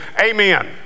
amen